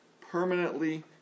permanently